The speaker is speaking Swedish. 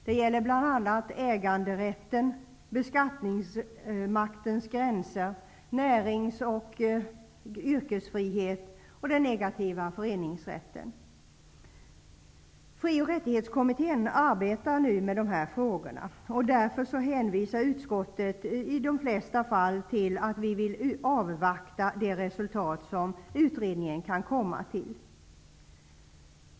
Det gäller bl.a. äganderätten, beskattningsmaktens gränser, närings och yrkesfrihet och den negativa föreningsrätten. Fri och rättighetskommittén arbetar nu med de här frågorna. Därför hänvisar utskottet i de flesta fall till att man vill avvakta de resultat som utredningen kan komma fram till.